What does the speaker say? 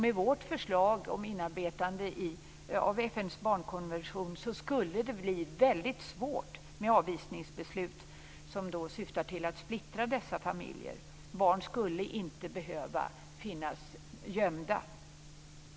Med vårt förslag om inarbetande av FN:s barnkonvention skulle det bli väldigt svårt med avvisningsbeslut som syftar till att splittra familjer. Barn skulle inte behöva vara gömda.